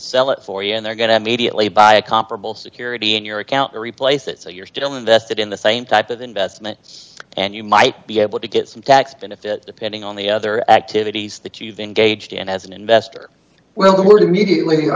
sell it for you and they're going to mediately by a comparable security in your account to replace it so you're still invested in the same type of investments and you might be able to get some tax benefit pending on the other activities that you've engaged in as an investor will the world immediately